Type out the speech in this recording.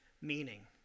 meaning